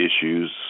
issues